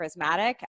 charismatic